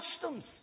customs